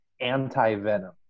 anti-venom